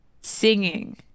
singing